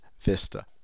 Vista